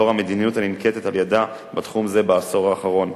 לאור המדיניות הננקטת על-ידה בתחום זה בעשור האחרון.